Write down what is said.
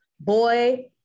boy